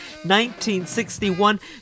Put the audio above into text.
1961